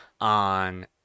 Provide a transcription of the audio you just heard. on